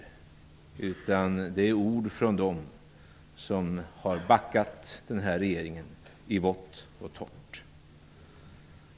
Det är ord från dem har backat denna regering i vått och torrt.